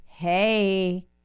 Hey